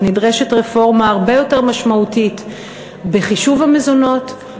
נדרשת רפורמה הרבה יותר משמעותית בחישוב המזונות,